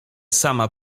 sama